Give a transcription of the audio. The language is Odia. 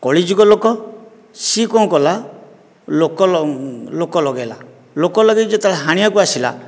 କଳିଯୁଗ ଲୋକ ସେ କ'ଣ କଲା ଲୋକ ଲଗାଇଲା ଲୋକ ଲଗାଇ ଯେତେବେଳେ ହାଣିବାକୁ ଆସିଲା